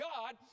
God